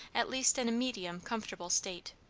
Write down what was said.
at least in a medium comfortable state.